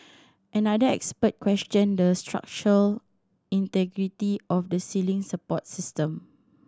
another expert questioned the structural integrity of the ceiling support system